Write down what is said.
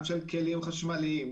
גם של כלים חשמליים,